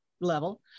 level